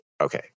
okay